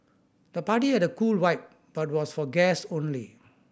the party had a cool vibe but was for guests only